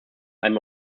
einem